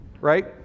right